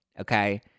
okay